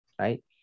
right